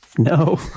No